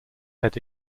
head